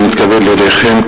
הנני מתכבד להודיעכם,